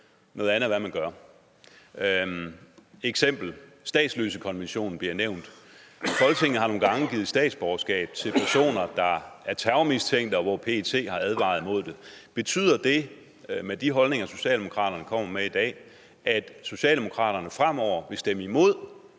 noget andet er, hvad man gør. Et eksempel: Statsløsekonventionen bliver nævnt. Folketinget har nogle gange givet statsborgerskab til personer, der er terrormistænkte, og hvor PET har advaret imod det. Betyder det – med de holdninger, Socialdemokratiet har i dag – at Socialdemokratiet fremover vil stemme imod